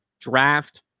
draft